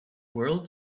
world